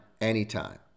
anytime